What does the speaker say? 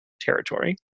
territory